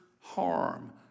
harm